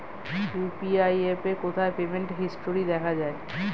UPI অ্যাপে কোথায় payment history দেখা যায়?